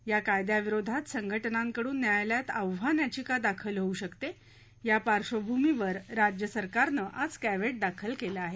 या कायद्या विरोधात संघटनांकडून न्यायालयात आव्हान याचिका दाखल होऊ शकते या पार्श्वभूमीवर राज्य शासनानं आज कॅव्हेट दाखल केलं आहे